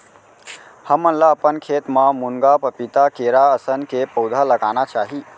हमन ल अपन खेत म मुनगा, पपीता, केरा असन के पउधा लगाना चाही